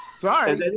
Sorry